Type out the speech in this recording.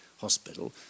Hospital